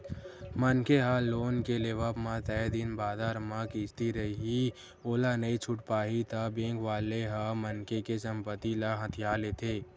मनखे ह लोन के लेवब म तय दिन बादर म किस्ती रइही ओला नइ छूट पाही ता बेंक वाले ह मनखे के संपत्ति ल हथिया लेथे